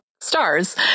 stars